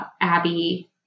Abby